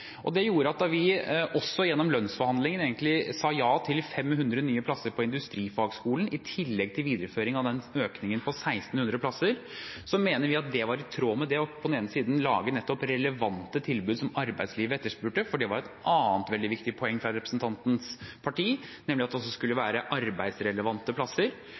Det gjorde at vi også gjennom lønnsforhandlingene egentlig sa ja til 500 nye plasser på Industrifagskolen, i tillegg til videreføring av den økningen på 1 600 plasser. Det mener vi var i tråd med det. På den ene siden lager vi nettopp relevante tilbud som arbeidslivet etterspurte – det var et annet veldig viktig poeng fra representantens parti, nemlig at det skulle være arbeidsrelevante plasser